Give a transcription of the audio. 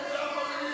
אין שר במליאה.